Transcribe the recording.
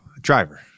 driver